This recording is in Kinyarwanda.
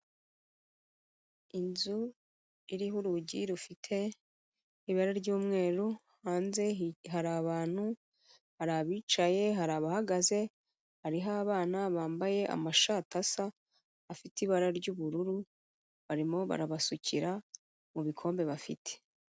Inzu iriho urugi rufite ibara ry'umweru, hanze hari abantu hari abicaye, hari abahagaze, hariho abana bambaye amashati asa afite ibara ry'ubururu, barimo barabasukira mu bikombe bafite.